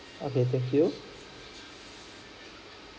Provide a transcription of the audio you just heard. okay thank you